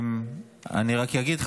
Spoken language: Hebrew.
אני רק אגיד,